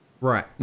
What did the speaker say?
right